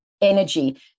energy